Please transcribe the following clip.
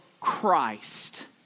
Christ